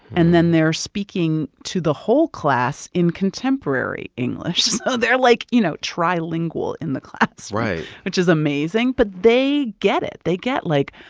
and then they're speaking to the whole class in contemporary english. so they're, like, you know, trilingual in the class. right. which is amazing. but they get it. they get, like,